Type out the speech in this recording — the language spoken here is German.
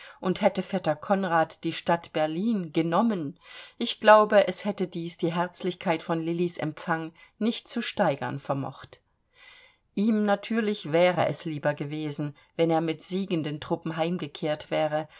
und hätte vetter konrad die stadt berlin genommen ich glaube es hätte dies die herzlichkeit von lillis empfang nicht zu steigern vermocht ihm natürlich wäre es lieber gewesen wenn er mit siegenden truppen heimgekehrt wäre